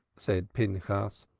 said pinchas,